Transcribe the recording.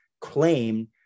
claim